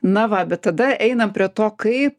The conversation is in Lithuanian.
na va bet tada einam prie to kaip